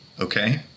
okay